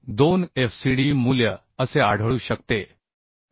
92 FCD मूल्य असे आढळू शकते हे